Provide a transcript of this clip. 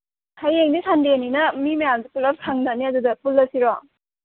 ꯍꯌꯦꯡꯗꯤ ꯁꯟꯗꯦꯅꯤꯅ ꯃꯤ ꯃꯌꯥꯝꯗꯨ ꯄꯨꯂꯞ ꯁꯪꯅꯅꯤ ꯑꯗꯨꯗ ꯄꯨꯜꯂꯁꯤꯔꯣ